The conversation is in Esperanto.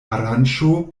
aranĝo